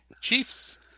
Chiefs